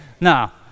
Now